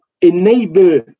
enable